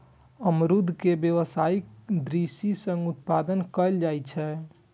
अमरूद के व्यावसायिक दृषि सं उत्पादन कैल जाइ छै